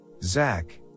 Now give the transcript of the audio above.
Zach